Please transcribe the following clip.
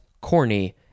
corny